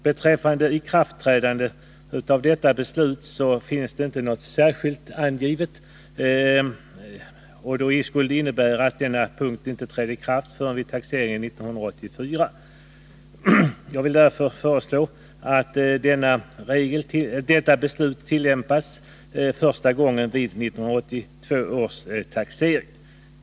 Beträffande ikraftträdande av detta beslut finns inte något särskilt angivet. Det skulle innebära att denna punkt inte trädde i kraft förrän vid taxeringen 1984. Jag vill därför föreslå att detta beslut träder i kraft så att det kan tillämpas vid 1982 års taxering.